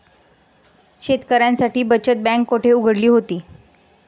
शेतकऱ्यांसाठी बचत बँक कुठे उघडली होती?